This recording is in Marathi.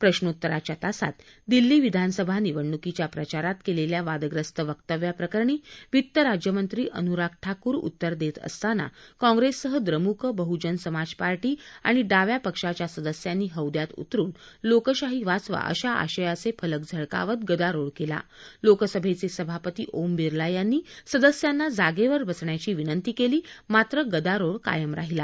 प्रश्नोत्तराच्या तासात दिल्ली विधानसभा निवडणुकीच्या प्रचारात केलेल्या वादग्रस्त वक्तव्याप्रकरणी वित्तराज्यमंत्री अनुराग ठाकूर उत्तर देत असताना काँप्रेससह इमुक बहुजन समाज पार्टी आणि डाव्या पक्षाच्या सदस्यांनी हौद्यात उतरून लोकशाही वाचवा अशा आशयाचे फलक झळकावत गदारोळ केला लोकसभेचे सभापती ओम बिर्ला यांनी सदस्यांना जागेवर बसण्याची विनंती केली मात्र गदारोळ कायम राहिला